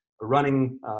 running